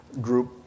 group